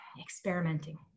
Experimenting